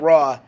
Raw